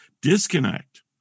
disconnect